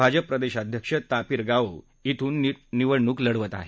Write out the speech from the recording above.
भाजप प्रदेशाध्यक्ष तापिर गाओ क्रून निवडणूक लढवत आहेत